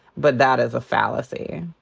but that is a fallacy.